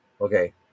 Okay